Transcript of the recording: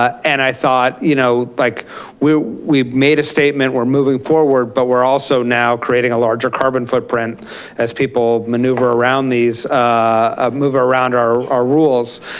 and i thought, you know, like we've made a statement, we're moving forward, but we're also now creating a larger carbon foot print as people maneuver around these, ah move around our rules.